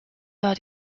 war